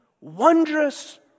wondrous